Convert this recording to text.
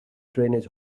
drainage